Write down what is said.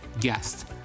guest